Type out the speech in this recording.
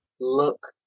look